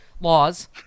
laws